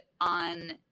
on